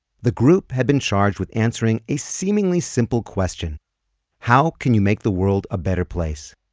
the group had been charged with answering a seemingly simple question how can you make the world a better place?